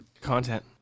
Content